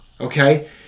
okay